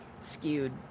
skewed